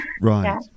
Right